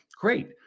great